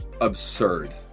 Absurd